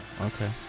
Okay